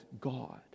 God